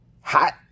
hot